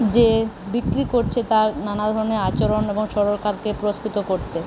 যে বিক্রি করছে তার নানা ধরণের আচরণ এবং সরকারকে পুরস্কৃত করতে